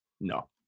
No